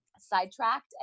sidetracked